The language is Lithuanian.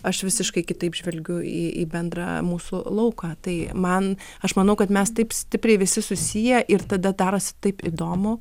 aš visiškai kitaip žvelgiu į į bendrą mūsų lauką tai man aš manau kad mes taip stipriai visi susiję ir tada darosi taip įdomu